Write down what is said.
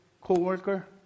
co-worker